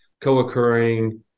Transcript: co-occurring